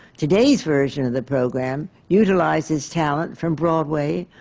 today's version of the program utilizes talent from broadway,